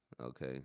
Okay